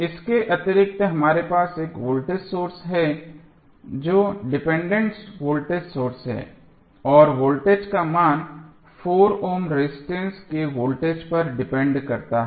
इसके अतिरिक्त हमारे पास एक वोल्टेज सोर्स है जो डिपेंडेंट वोल्टेज सोर्स है और वोल्टेज का मान 4 ओम रेजिस्टेंस के वोल्टेज पर डिपेंडेंट करता है